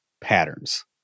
patterns